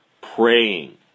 praying